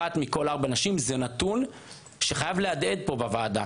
אחת מכל ארבע נשים זה נתון שחייב להדהד פה בוועדה.